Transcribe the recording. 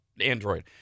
android